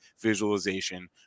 visualization